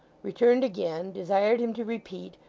returned again, desired him to repeat,